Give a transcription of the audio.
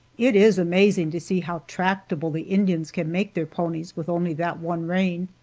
it is amazing to see how tractable the indians can make their ponies with only that one rein.